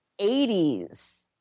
80s